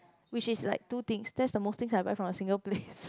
which is like two things that's the most things I buy from a single place